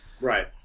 Right